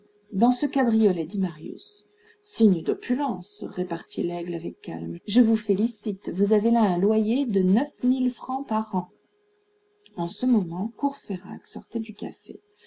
dans ce cabriolet dit marius signe d'opulence repartit laigle avec calme je vous félicite vous avez là un loyer de neuf mille francs par an en ce moment courfeyrac sortait du café